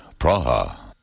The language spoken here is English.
Praha